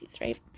right